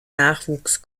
nachwuchs